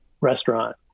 restaurant